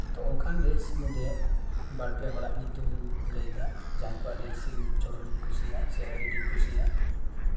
ᱛᱚ ᱚᱱᱠᱟᱱ ᱨᱤᱞᱥ ᱢᱚᱫᱽ ᱨᱮ ᱤᱧ ᱵᱟᱨᱼᱯᱮ ᱦᱚᱲᱟᱜ ᱧᱩᱛᱩᱢᱤᱧ ᱞᱟᱹᱭᱮᱫᱟ ᱡᱟᱦᱟᱸᱭ ᱠᱚᱣᱟᱜ ᱨᱤᱞᱥ ᱤᱧ ᱪᱚᱨᱚᱢᱤᱧ ᱠᱩᱥᱤᱭᱟᱜᱼᱟ ᱥᱮ ᱟᱹᱰᱤ ᱟᱸᱴᱤᱧ ᱠᱩᱥᱤᱭᱟᱜᱼᱟ